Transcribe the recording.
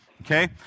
Okay